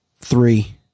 Three